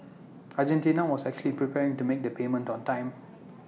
Argentina was actually preparing to make the payment on time